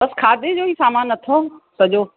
बसि खाधे जो ई सामान अथव सॼो